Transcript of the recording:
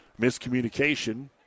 miscommunication